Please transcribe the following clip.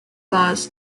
flaws